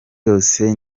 yose